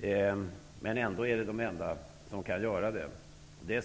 garanteras. Staten är ändå den enda som kan göra det.